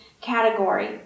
category